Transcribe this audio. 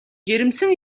жирэмсэн